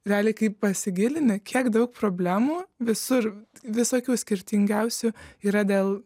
realiai kai pasigilini kiek daug problemų visur visokių skirtingiausių yra dėl